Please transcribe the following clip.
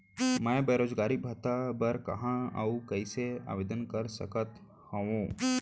मैं बेरोजगारी भत्ता बर कहाँ अऊ कइसे आवेदन कर सकत हओं?